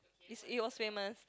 is it was famous